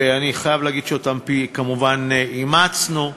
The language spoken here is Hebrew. ואני חייב להגיד שכמובן אימצנו אותן,